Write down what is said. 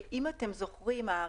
ב-100%.